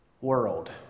world